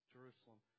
Jerusalem